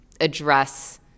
address